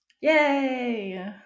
Yay